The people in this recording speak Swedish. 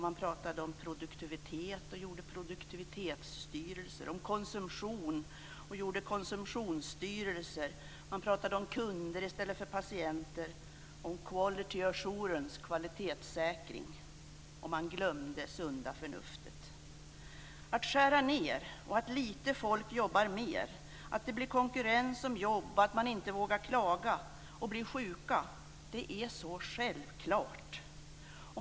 Man talade om produktivitet och gjorde produktivitetsstyrning. Man talade om konsumtion och gjorde konsumtionsstyrning. Man talade om kunder i stället för patienter och om quality assurance, kvalitetssäkring, och man glömde sunda förnuftet. Det är så självklart att människor inte vågar klaga utan blir sjuka när man skär ned, få människor jobbar mer och det blir konkurrens om jobb.